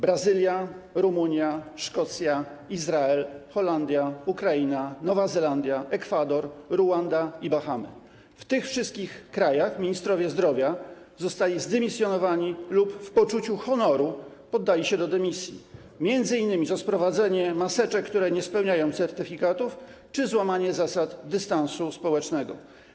Brazylia, Rumunia, Szkocja, Izrael, Holandia, Ukraina, Nowa Zelandia, Ekwador, Ruanda i Bahamy - w tych wszystkich krajach ministrowie zdrowia zostali zdymisjonowani lub w poczuciu honoru podali się do dymisji, m.in. za sprowadzenie maseczek, które nie spełniały certyfikatów, czy złamanie zasad dystansu społecznego.